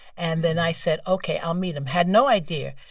and then i said, ok, i'll meet him. had no idea.